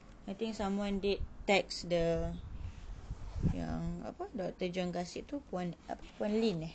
I think someone did text the yang apa doctor jaga situ puan puan lin eh